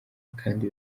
kandi